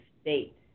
state